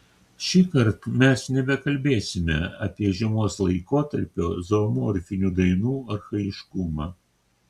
šįkart mes nebekalbėsime apie žiemos laikotarpio zoomorfinių dainų archaiškumą